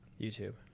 YouTube